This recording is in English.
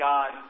God